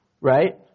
right